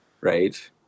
Right